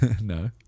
No